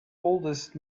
oldest